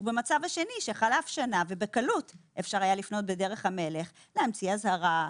והמצב השני שחלף שנה ובקלות אפשר היה לפנות בדרך המלך להמציא אזהרה,